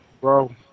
Bro